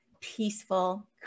peaceful